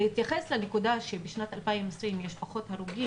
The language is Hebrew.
להתייחס לעובדה שבשנת 2020 יש פחות הרוגים